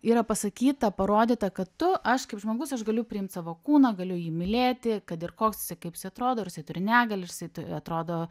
yra pasakyta parodyta kad tu aš kaip žmogus aš galiu priimt savo kūną galiu jį mylėti kad ir koks jisai kaip jisai atrodo ir jisai turi negalią ar jisai atrodo